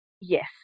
Yes